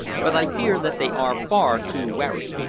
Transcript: but i fear that they are far too wary.